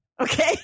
okay